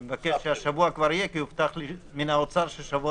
אני מקווה שהשבוע כבר יהיה כי הובטח לי מהאוצר ששבוע